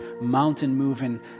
mountain-moving